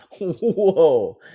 Whoa